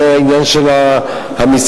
זה העניין של המסחר.